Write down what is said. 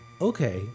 okay